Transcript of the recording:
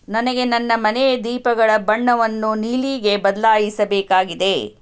ನನಗೆ ನನ್ನ ಮನೆಯ ದೀಪಗಳ ಬಣ್ಣವನ್ನು ನೀಲಿಗೆ ಬದಲಾಯಿಸಬೇಕಾಗಿದೆ